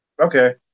Okay